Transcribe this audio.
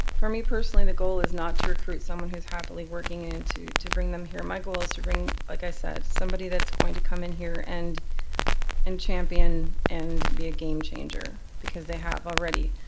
for me, personally, the goal is not to recruit someone who's happily working and to bring them here. my goal is to bring, like i said, somebody that's going to come in here and and champion and be a game-changer because they have already.